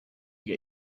get